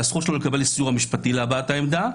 על הזכות שלו לקבל סיוע משפטי להבעת העמדה,